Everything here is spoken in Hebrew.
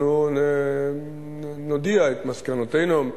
אנחנו נודיע את מסקנותינו.